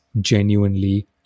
genuinely